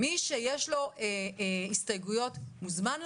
מי שיש לו הסתייגויות, מוזמן להגיע.